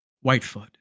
Whitefoot